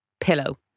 pillow